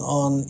on